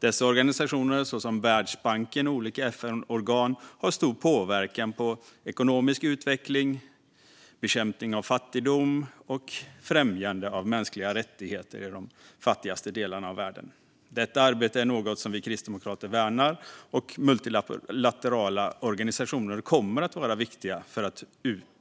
Dessa organisationer, såsom Världsbanken och olika FN-organ, har stor påverkan på ekonomisk utveckling, bekämpandet av fattigdom och främjandet av mänskliga rättigheter i de fattigaste delarna av världen. Detta arbete är något som vi kristdemokrater värnar, och multilaterala organisationer kommer att vara viktiga för att